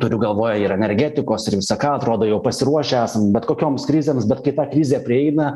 turiu galvoj ir energetikos ir visą ką atrodo jau pasiruošę esam bet kokioms krizėms bet kai ta krizė prieina